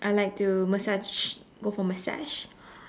I like to massage go for massage